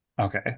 Okay